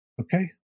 Okay